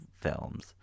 films